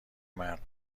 مرد